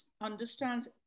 understands